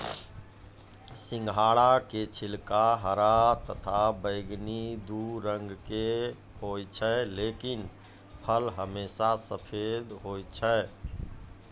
सिंघाड़ा के छिलका हरा तथा बैगनी दू रंग के होय छै लेकिन फल हमेशा सफेद होय छै